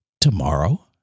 Tomorrow